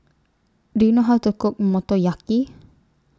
Do YOU know How to Cook Motoyaki